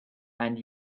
and